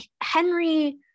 Henry